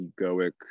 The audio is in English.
egoic